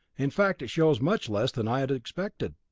in fact, it shows much less than i had expected,